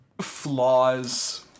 flaws